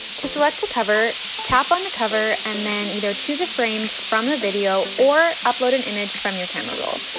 to select a cover, tap on the cover and then either choose a frame from a video or upload an image from your camera roll.